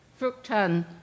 fructan